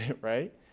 right